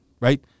Right